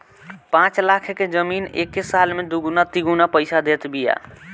पाँच लाख के जमीन एके साल में दुगुना तिगुना पईसा देत बिया